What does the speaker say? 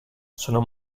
sono